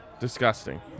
Disgusting